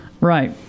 right